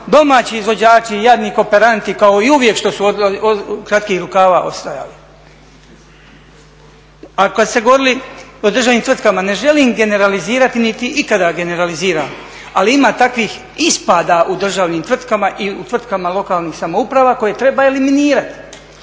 Domaći izvođači, jadni kooperanti kao i uvijek što su i uvijek kratkih rukava ostajali. A kad ste govorili o državnim tvrtkama, ne želim generalizirati niti ikada generaliziram, ali ima takvih ispada u državnim tvrtkama i u tvrtkama lokalnih samouprava koje treba eliminirati.